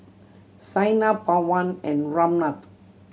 Saina Pawan and Ramnath